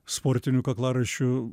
sportinių kaklaraiščių